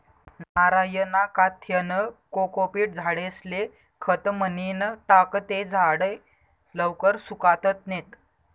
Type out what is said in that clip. नारयना काथ्यानं कोकोपीट झाडेस्ले खत म्हनीन टाकं ते झाडे लवकर सुकातत नैत